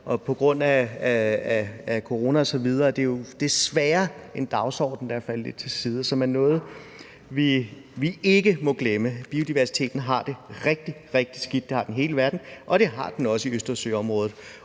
På grund af corona osv. er det jo desværre en dagsorden, der er skubbet lidt til side, men det er noget, vi ikke må glemme. Biodiversiteten har det rigtig, rigtig skidt. Det har den i hele verden, og det har den også i Østersøområdet.